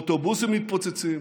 אוטובוסים מתפוצצים,